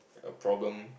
a problem